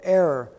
error